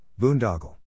Boondoggle